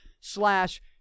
slash